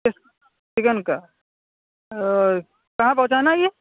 chicken کا کہاں پہنچانا ہے یہ